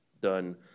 done